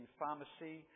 pharmacy